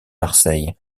marseille